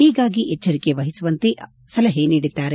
ಹೀಗಾಗಿ ಎಚ್ಚರಿಕೆ ವಹಿಸುವಂತೆ ಸಲಹೆ ನೀಡಿದ್ದಾರೆ